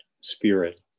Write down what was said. spirit